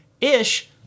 ish